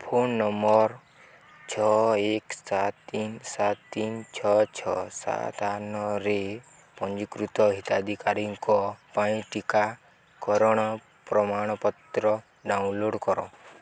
phone number ଛଅ ଏକ ସାତ ତିନି ସାତ ତିନି ଛଅ ଛଅ ସାତ ଆଠ ନଅରେ ପଞ୍ଜୀକୃତ ହିତାଧିକାରୀଙ୍କ ପାଇଁ ଟିକାକରଣ ପ୍ରମାଣପତ୍ର ଡ଼ାଉନଲୋଡ଼୍ କର